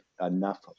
enough